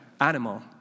animal